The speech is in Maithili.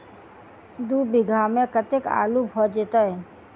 दु बीघा मे कतेक आलु भऽ जेतय?